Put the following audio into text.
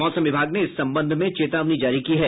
मौसम विभाग ने इस संबंध में चेतावनी जारी की है